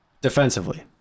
Defensively